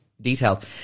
detailed